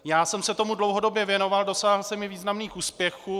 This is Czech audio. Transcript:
Já jsem se tomu dlouhodobě věnoval, dosáhl jsem i významných úspěchů.